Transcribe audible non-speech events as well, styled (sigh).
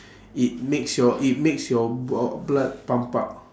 (breath) it makes your it makes your blo~ blood pump up